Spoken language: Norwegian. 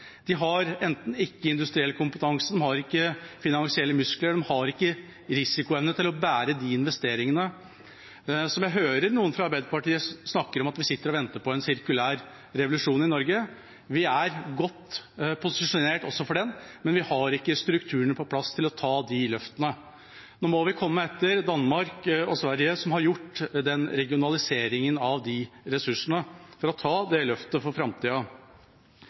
De har enten ikke industriell kompetanse, finansielle muskler eller risikoevne til å bære de investeringene. Jeg hører noen fra Arbeiderpartiet snakke om at vi sitter og venter på en sirkulær revolusjon i Norge. Vi er godt posisjonert også for den, men vi har ikke strukturene på plass til å ta de nødvendige løftene. Nå må vi komme etter Danmark og Sverige, som har gjennomført regionaliseringen av ressursene for å ta det løftet for framtida.